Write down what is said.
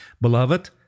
Beloved